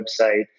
website